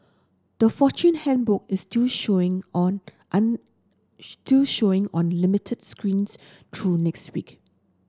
the Fortune Handbook is still showing on still showing on limited screens through next week